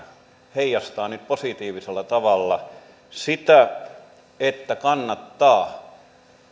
heijastaa nyt positiivisella tavalla sitä että kannattaa